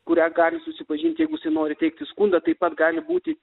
kuria gali susipažinti jeigu jisai nori teikti skundą taip pat gali būti